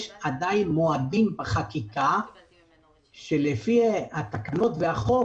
יש עדיין מועדים בחקיקה שלפי התקנות והחוק,